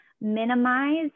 minimize